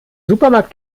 supermarkt